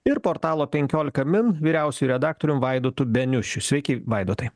ir portalo penkiolika min vyriausiuoju redaktorium vaidotu beniušiu sveiki vaidotai